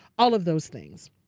all of those things.